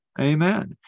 Amen